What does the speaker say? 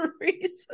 reason